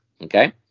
Okay